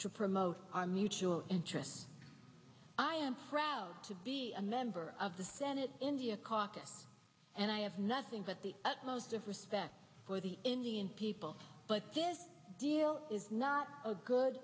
to promote our mutual interest i am proud to be a member of the senate india caucus and i have nothing but the most of respect for the indian people but is not a good